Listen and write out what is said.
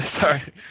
Sorry